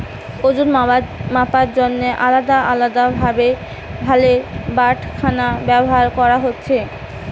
ওজন মাপার জন্যে আলদা আলদা ভারের বাটখারা ব্যাভার কোরা হচ্ছে